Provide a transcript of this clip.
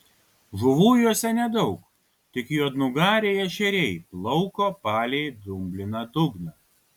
žuvų juose nedaug tik juodnugariai ešeriai plauko palei dumbliną dugną